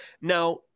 Now